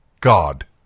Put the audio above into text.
god